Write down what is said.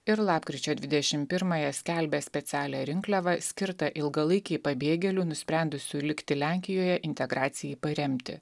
ir lapkričio dvidešimt pirmąją skelbia specialią rinkliavą skirtą ilgalaikei pabėgėlių nusprendusių likti lenkijoje integracijai paremti